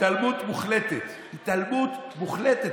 התעלמות מוחלטת, התעלמות מוחלטת.